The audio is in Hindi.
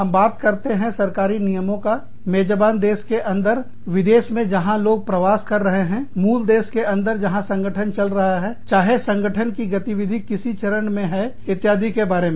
हम बात करते हैं सरकारी नियमों का मेजबान देश के अंदर विदेश में जहां लोग प्रवास कर रहे हैं मूल देश के अंदर जहां संगठन चल रहा है चाहे संगठन की गतिविधि किस चरण में है इत्यादि के बारे में